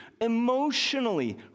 emotionally